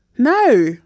No